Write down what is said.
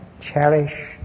cherish